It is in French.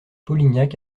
polignac